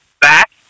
back